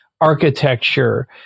architecture